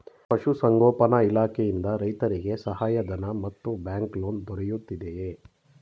ಪಶು ಸಂಗೋಪನಾ ಇಲಾಖೆಯಿಂದ ರೈತರಿಗೆ ಸಹಾಯ ಧನ ಮತ್ತು ಬ್ಯಾಂಕ್ ಲೋನ್ ದೊರೆಯುತ್ತಿದೆಯೇ?